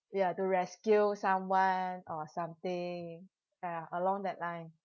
ya to rescue someone or something ya along that line